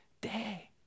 day